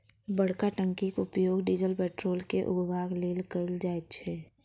बड़का टंकीक उपयोग डीजल पेट्रोल के उघबाक लेल कयल जाइत छै